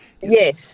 Yes